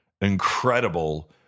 incredible